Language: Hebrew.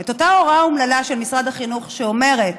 את אותה הוראה אומללה של משרד החינוך שאומרת